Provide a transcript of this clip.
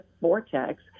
vortex